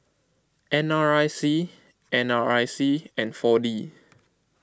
N R I C N R I C and four D